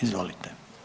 Izvolite.